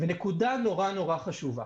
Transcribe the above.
נקודה נורא נורא חשובה